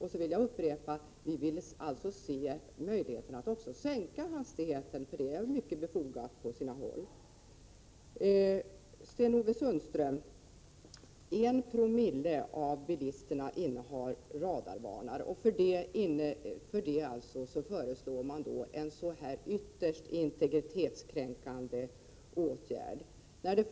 Sedan vill jag upprepa: Vi vill också se möjligheten att sänka hastigheten, vilket är mycket befogat på sina håll. Sten-Ove Sundström! En promille av bilisterna innehar radarvarnare. Det föranleder er att föreslå en så ytterst integritetskränkande åtgärd som ett